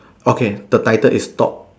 okay the title is thought